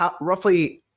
roughly